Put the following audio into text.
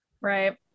Right